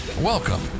Welcome